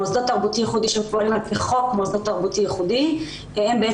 מוסדות תרבותי ייחודי שהם פועלים על פי חוק מוסדות תרבותי ייחודי.